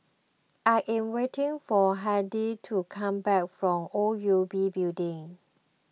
I am waiting for Hardie to come back from O U B Building